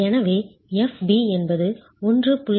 எனவே Fb என்பது 1